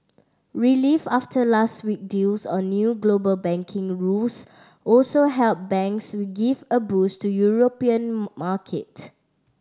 relief after last week deals on new global banking rules also helped banks give a boost to European markets